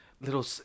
little